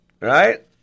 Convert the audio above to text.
right